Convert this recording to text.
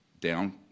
down